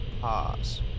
pause